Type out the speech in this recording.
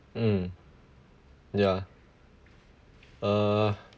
mm ya uh